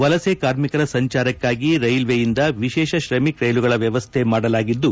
ವಲಸೆ ಕಾರ್ಮಿಕರ ಸಂಚಾರಕ್ಕಾಗಿ ರೈಲ್ವೆಯಿಂದ ವಿಶೇಷ ಶ್ರಮಿಕ್ ರೈಲುಗಳ ವ್ವವಸ್ಥೆ ಮಾಡಲಾಗಿದ್ದು